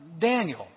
Daniel